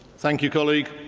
thank you, colleague.